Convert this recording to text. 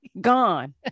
Gone